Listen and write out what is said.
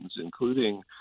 including